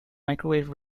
microwave